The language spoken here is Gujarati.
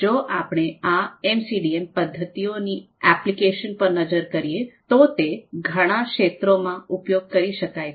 જો આપણે આ એમસીડીએ પદ્ધતિઓની એપ્લિકેશન પર નજર કરીએ તો તે ઘણા ક્ષેત્રોમાં ઉપયોગ કરી શકાય છે